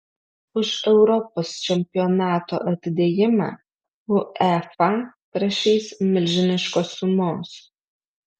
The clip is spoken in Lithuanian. už europos čempionato atidėjimą uefa prašys milžiniškos sumos